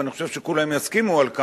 ואני חושב שכולם יסכימו על כך,